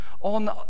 on